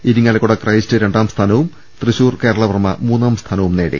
Irinjalakuda Christ രണ്ടാം സ്ഥാനവും തൃശൂർ കേരളവർമ്മ മൂന്നാം സ്ഥാനവും നേടി